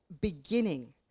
beginning